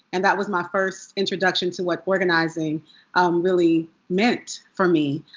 and that was my first introduction to what organizing really meant for me.